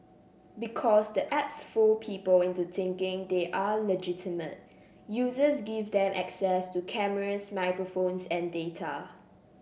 because the apps fool people into thinking they are legitimate users give them access to cameras microphones and data